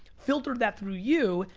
filter that through you,